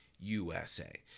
USA